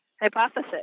hypothesis